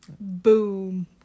Boom